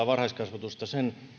varhaiskasvatusta sen